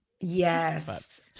Yes